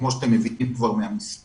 כמו שאתם מבינים כבר מהמספרים,